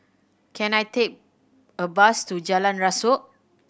can I take a bus to Jalan Rasok